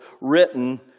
written